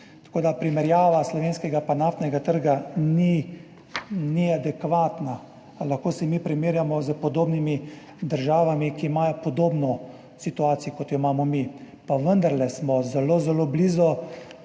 Tako da primerjava slovenskega in naftnega trga ni adekvatna, lahko se mi primerjamo s podobnimi državami, ki imajo podobno situacijo, kot jo imamo mi, pa vendarle smo zelo, zelo blizu.